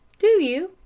do you?